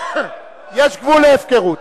יש גבול להפקרות.